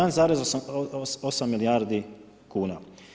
1,8 milijardi kuna.